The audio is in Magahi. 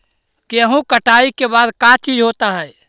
गेहूं कटाई के बाद का चीज होता है?